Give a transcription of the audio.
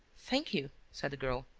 thank you, said the girl,